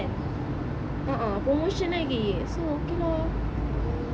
a'ah promotion lagi so okay lah